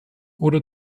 oder